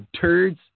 turds